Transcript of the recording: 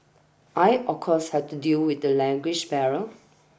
I of course had to deal with the language barrier